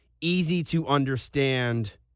easy-to-understand